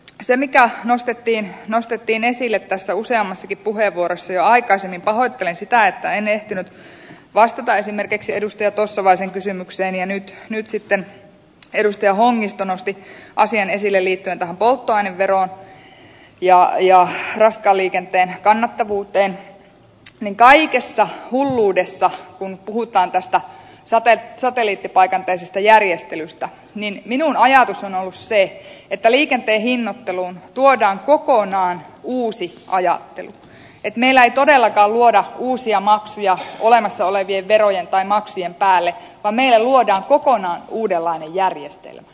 se mikä nostettiin esille useammassakin puheenvuorossa jo aikaisemmin pahoittelen sitä että en ehtinyt vastata esimerkiksi edustaja tossavaisen kysymykseen ja nyt sitten edustaja hongisto nosti asian esille liittyen polttoaineveroon ja raskaan liikenteen kannattavuuteen niin kaikessa hulluudessa kun puhutaan satelliittipaikanteisesta järjestelystä minun ajatukseni on ollut se että liikenteen hinnoitteluun tuodaan kokonaan uusi ajattelu että meillä ei todellakaan luoda uusia maksuja olemassa olevien verojen tai maksujen päälle vaan meille luodaan kokonaan uudenlainen järjestelmä